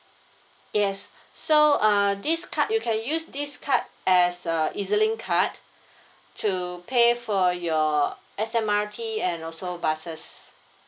yes so uh this card you can use this card as a E_Z link card to pay for your S_M_R_T and also buses